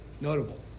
notable